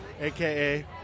aka